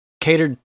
catered